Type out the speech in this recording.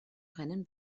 rennen